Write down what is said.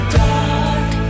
dark